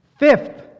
Fifth